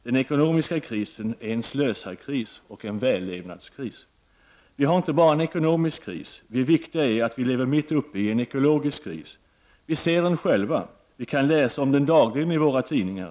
Den ekonomiska krisen är en slösarkris och en vällevnadskris. Vi har inte bara en ekonomisk kris. Viktigare är att vi lever mitt uppe i en ekologisk kris. Vi ser den själva, och vi kan läsa om den dagligen i våra tidningar.